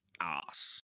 ass